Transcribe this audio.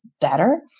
better